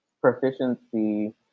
proficiency